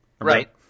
Right